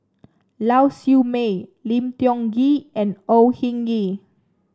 Lau Siew Mei Lim Tiong Ghee and Au Hing Yee